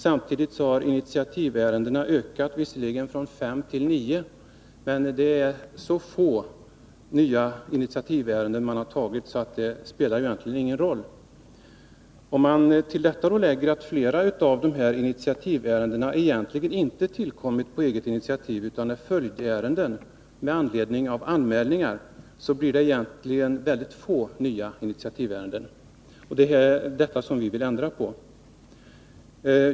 Samtidigt har antalet initiativärenden visserligen ökat — men bara från fem till nio. Men eftersom antalet initiativärenden är så litet, spelar det egentligen ingen roll. Om man till detta lägger att flera av dessa initiativärenden egentligen inte tillkommit på eget initiativ utan är följdärenden med anledning av anmälningar, blir det väldigt få nya initiativärenden. Det är detta som vi vill ändra på.